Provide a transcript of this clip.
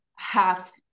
half